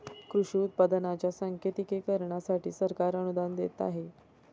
कृषी उत्पादनांच्या सांकेतिकीकरणासाठी सरकार अनुदान देत आहे